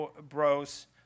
bros